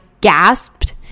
gasped